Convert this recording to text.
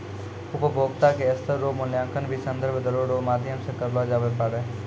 उपभोक्ता के स्तर रो मूल्यांकन भी संदर्भ दरो रो माध्यम से करलो जाबै पारै